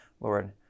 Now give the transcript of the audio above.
Lord